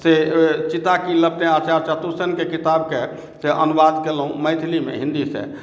से चिता की लपटेँ आचार्य चतुरसेनके किताबकेँ से अनुवाद केलहुँ मैथिलीमे हिन्दीसँ